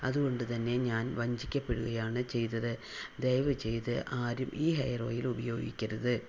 അതുകൊണ്ട് തന്നെ ഞാൻ വഞ്ചിക്കപ്പെടുകയാണ് ചെയ്തത് ദയവു ചെയ്ത് ആരും ഈ ഹെയർ ഓയിൽ ഉപയോഗിക്കരുത്